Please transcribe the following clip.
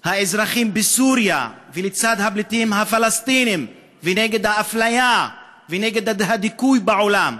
האזרחים בסוריה ולצד הפליטים הפלסטינים ונגד האפליה ונגד הדיכוי בעולם.